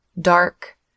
Dark